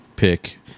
pick